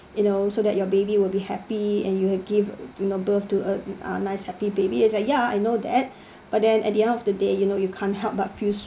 you know so that your baby will be happy and you'll give you know birth to a nice happy baby is like ya I know that but then at the end of the day you know you can't help but feel